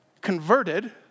converted